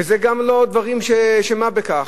ואלה לא דברים של מה בכך.